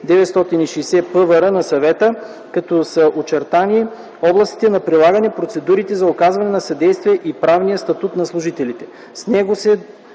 2006/960/ПВР на Съвета, като са очертани областта на прилагане, процедурите за оказване на съдействие и правния статут на служителите. С него се